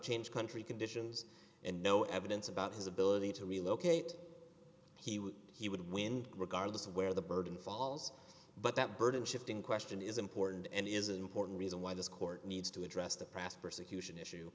change country conditions and no evidence about his ability to relocate he would he would win regardless of where the burden falls but that burden shifting question is important and it is an important reason why this court needs to address the past persecution issue